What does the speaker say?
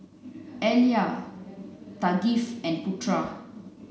Alya Thaqif and Putra